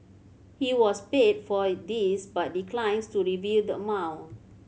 he was paid for this but declines to reveal the amount